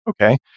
Okay